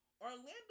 Orlando